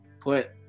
put